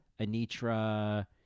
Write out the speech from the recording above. Anitra